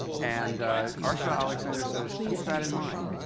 and archibald alexander says, keep that in mind.